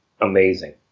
amazing